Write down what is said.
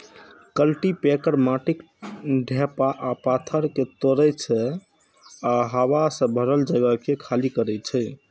cultipacker माटिक ढेपा आ पाथर कें तोड़ै छै आ हवा सं भरल जगह कें खाली करै छै